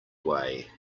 way